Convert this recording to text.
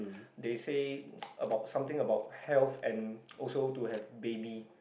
they say about something about health and also to have baby